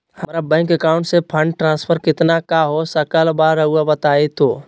हमरा bank account से fund transfer कितना का हो सकल बा रुआ बताई तो?